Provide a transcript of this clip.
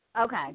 Okay